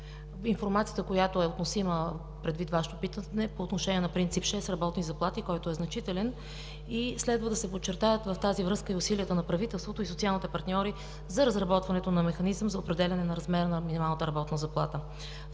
информацията, която е относима предвид Вашето питане по отношение на Принцип 6 – „Работни заплати“, който е значителен и следва да се подчертаят в тази връзка и усилията на правителството и социалните партньори за разработването на механизъм за определяне на размера на минималната работна заплата.